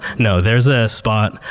no, there's a spot,